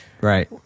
Right